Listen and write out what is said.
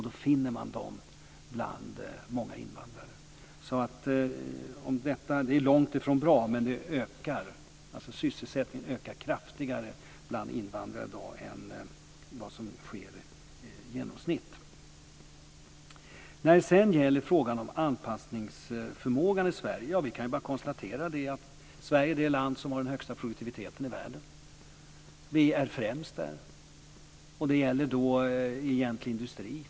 Då finner man dem bland många invandrare. Det är långtifrån bra. Men sysselsättningen ökar kraftigare bland invandrare i dag än för genomsnittet. När det gäller frågan om anpassningsförmågan i Sverige kan vi bara konstatera att Sverige är det land som har den högsta produktiviteten i världen. Vi är främst. Det gäller egentlig industri.